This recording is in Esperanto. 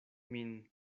min